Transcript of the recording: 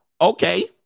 okay